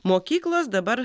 mokyklos dabar